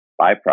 byproduct